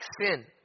sin